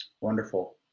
Wonderful